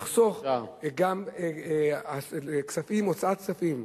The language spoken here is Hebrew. ולחסוך גם כספים, הוצאת כספים,